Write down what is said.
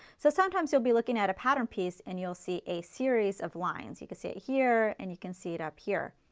so sometimes you'll be looking at a pattern piece and you'll see a series of lines. you can see it here and you can see it up here,